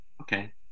okay